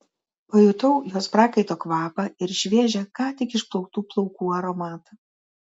pajutau jos prakaito kvapą ir šviežią ką tik išplautų plaukų aromatą